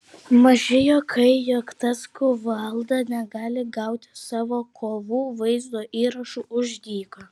maži juokai jog tas kuvalda negali gauti savo kovų vaizdo įrašų už dyką